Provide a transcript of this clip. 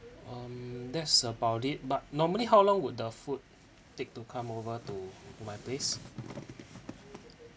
um that's about it but normally how long would the food take to come over to to my place